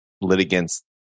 litigants